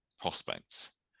prospects